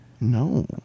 No